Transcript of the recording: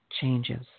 changes